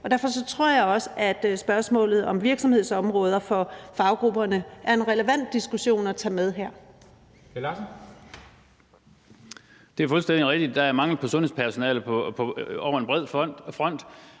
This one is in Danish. Derfor tror jeg også, at spørgsmålet om virksomhedsområder for faggrupperne er en relevant diskussion at tage med her.